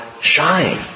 shine